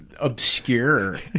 obscure